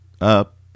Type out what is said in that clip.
up